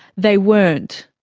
they weren't.